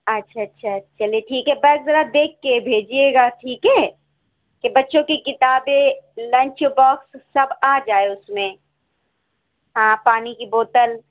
اچھا اچھا چلیے ٹھیک ہے بیگ ذرا دیکھ کے بھیجیے گا ٹھیک ہے کہ بچوں کی کتابیں لنچ باکس سب آ جائے اس میں ہاں پانی کی بوتل